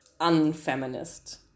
unfeminist